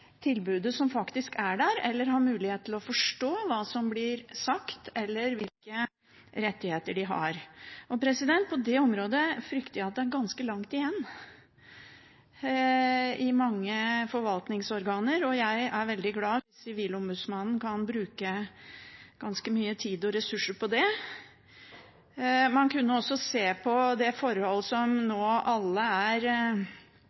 tilbudet som faktisk er der, eller har muligheten til å forstå hva som blir sagt, eller hvilke rettigheter de har. På det området frykter jeg at det er ganske langt igjen i mange forvaltningsorganer, og jeg er veldig glad for at Sivilombudsmannen kan bruke mye tid og ressurser på det. Man kunne også se på det som